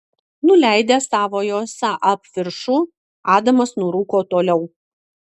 nuleidęs savojo saab viršų adamas nurūko toliau